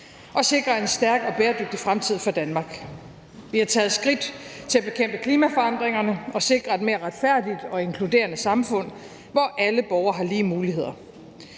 og sikre en stærk og bæredygtig fremtid for Danmark. Vi har taget skridt til at bekæmpe klimaforandringerne og sikre et mere retfærdigt og inkluderende samfund, hvor alle borgere har lige muligheder.